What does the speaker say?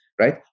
right